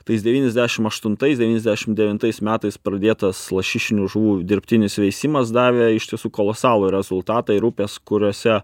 tais devyniasdešim aštuntais devyniasdešim devintais metais pradėtas lašišinių žuvų dirbtinis veisimas davė ištisų kolosalų rezultatą ir upes kuriose